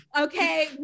okay